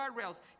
guardrails